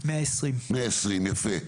120. 120, יפה.